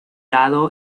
lado